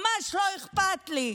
ממש לא אכפת לי,